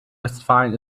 westfalen